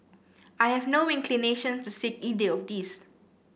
I have no inclination to seek either of these